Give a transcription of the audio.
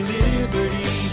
liberty